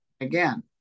again